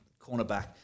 cornerback